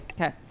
Okay